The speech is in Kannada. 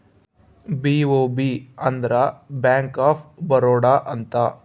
ಬಿ.ಒ.ಬಿ ಅಂದ್ರ ಬ್ಯಾಂಕ್ ಆಫ್ ಬರೋಡ ಅಂತ